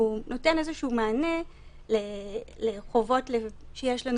והוא נותן איזשהו מענה לחובות שיש לנו